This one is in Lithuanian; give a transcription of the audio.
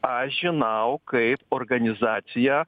aš žinau kaip organizacija